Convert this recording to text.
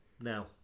now